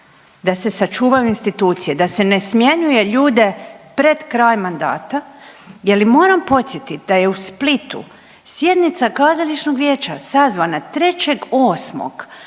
da se sačuvaju institucije, da se ne smjenjuje ljude pred kraj mandata. Je li moram podsjetit da je u Splitu sjednica kazališnog vijeća sazvana 3.8.